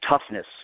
toughness